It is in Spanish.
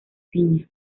piña